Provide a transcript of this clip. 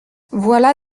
voilà